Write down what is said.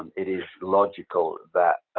um it is logical that,